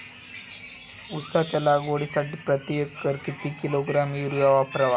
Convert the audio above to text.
उसाच्या लागवडीसाठी प्रति एकर किती किलोग्रॅम युरिया वापरावा?